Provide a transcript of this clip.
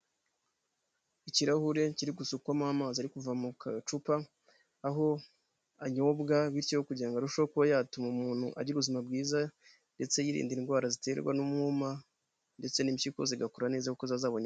Ikirahure kiri gusukwamo amazi ari kuva mu kacupa aho anyobwa bityo kugira ngo arusheho kuba yatuma umuntu agira ubuzima bwiza ndetse yirinda indwara ziterwa n'umwuma, ndetse n'imyiko zigakura neza kuko ziba zabonye.